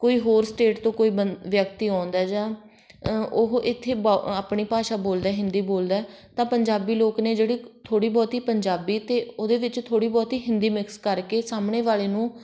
ਕੋਈ ਹੋਰ ਸਟੇਟ ਤੋਂ ਕੋਈ ਬੰ ਵਿਅਕਤੀ ਆਉਂਦਾ ਜਾਂ ਉਹ ਇੱਥੇ ਬ ਆਪਣੀ ਭਾਸ਼ਾ ਬੋਲਦਾ ਹਿੰਦੀ ਬੋਲਦਾ ਤਾਂ ਪੰਜਾਬੀ ਲੋਕ ਨੇ ਜਿਹੜੀ ਥੋੜ੍ਹੀ ਬਹੁਤੀ ਪੰਜਾਬੀ ਅਤੇ ਉਹਦੇ ਵਿੱਚ ਥੋੜ੍ਹੀ ਬਹੁਤੀ ਹਿੰਦੀ ਮਿਕਸ ਕਰਕੇ ਸਾਹਮਣੇ ਵਾਲੇ ਨੂੰ